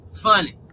funny